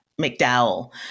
McDowell